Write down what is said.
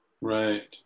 Right